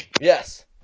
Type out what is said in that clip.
Yes